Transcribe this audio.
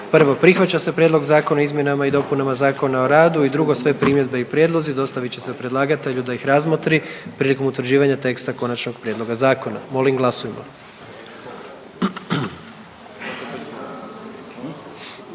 1. Prihvaća se prijedlog Zakona o hrani i 2. Sve primjedbe i prijedlozi dostavit će se predlagatelju da ih razmotri prilikom utvrđivanja teksta konačnog prijedloga zakona, molim glasujmo.